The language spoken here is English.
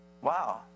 Wow